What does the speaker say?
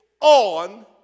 on